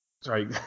sorry